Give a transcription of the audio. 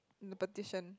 the petition